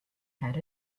had